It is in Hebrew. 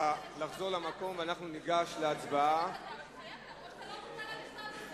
למה אתה לא אומר, להתחייב או שאתה לא מודע לזה.